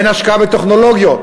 אין השקעה בטכנולוגיות.